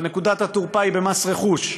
אבל נקודת התורפה היא במס רכוש.